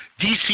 DC